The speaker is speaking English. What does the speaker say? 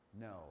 No